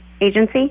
agency